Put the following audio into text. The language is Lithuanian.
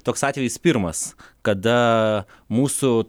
toks atvejis pirmas kada mūsų